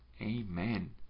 amen